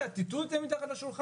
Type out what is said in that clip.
טאטאו את זה אל מתחת לשולחן.